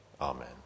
Amen